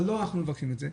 אבל אנחנו לא מבקשים את זה,